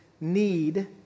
need